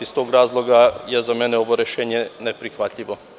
Iz tog razloga, za mene je ovo rešenje neprihvatljivo.